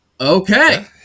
okay